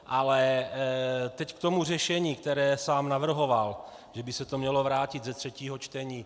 Ale teď k tomu řešení, které sám navrhoval, že by se to mělo vrátit ze třetího čtení.